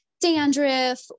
dandruff